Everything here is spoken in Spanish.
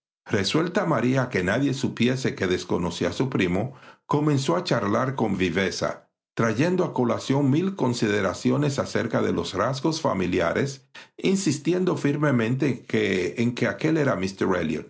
resuelta maría a que nadie supusiese que desconocía a su primo comenzó a charlar con viveza trayendo a colación mil consideraciones acerca de los rasgos familiares insistiendo firmemente en que aquél era